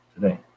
Today